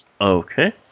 Okay